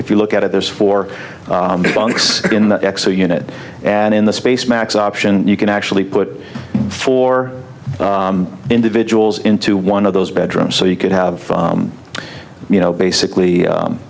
if you look at it there's four x in the x ray unit and in the space max option you can actually put four individuals into one of those bedrooms so you could have you know basically